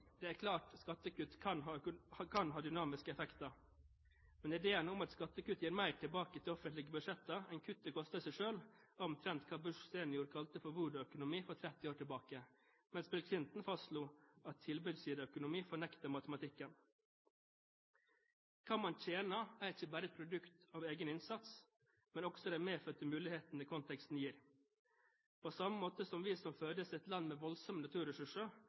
Det er klart at skattekutt kan ha dynamiske effekter. Men ideene om at skattekutt gir mer tilbake til offentlige budsjetter enn kuttet koster i seg selv, er omtrent hva Bush senior for 30 år siden kalte for voodooøkonomi, mens Bill Clinton fastslo at «tilbudssideøkonomi fornekter matematikken». Hva man tjener, er ikke bare et produkt av egen innsats, men også av de medfødte mulighetene konteksten gir. På samme måte som vi som fødes i et land med voldsomme naturressurser,